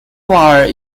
wire